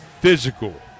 physical